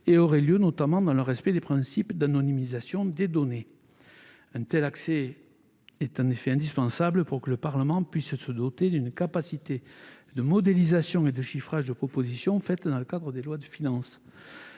et aurait lieu notamment dans le respect des principes d'anonymisation des données. Un tel accès est en effet indispensable pour que le Parlement puisse se doter d'une capacité de modélisation et de chiffrage des propositions formulées dans le cadre des lois de finances.